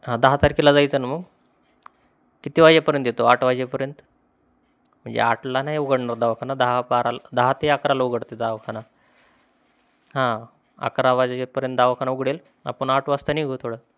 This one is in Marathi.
हा दहा तारखेला जायचं ना मग किती वाजेपर्यंत येतो आठ वाजेपर्यंत म्हणजे आठला नाही उघडणार दवाखाना दहा बारा दहा ते अकराला उघडते दवाखाना हां अकरा वाजेपर्यंत दवाखाना उघडेल आपण आठ वाजता निघू थोडं